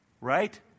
Right